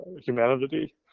humanity